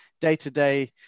day-to-day